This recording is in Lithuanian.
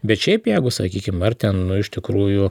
bet šiaip jeigu sakykim ar ten iš tikrųjų